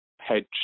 hedge